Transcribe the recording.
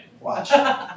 Watch